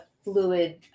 fluid